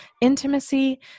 Intimacy